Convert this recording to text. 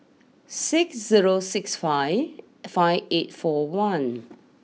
six zero six five five eight four one